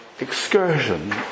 excursion